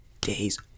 Days